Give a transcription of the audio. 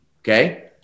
Okay